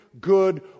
good